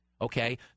okay